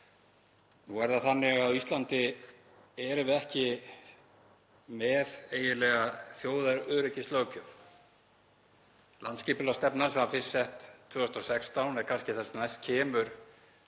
Nú er það þannig að á Íslandi erum við ekki með eiginlega þjóðaröryggislöggjöf. Landsskipulagsstefna, sem var fyrst sett 2016, er kannski það sem kemst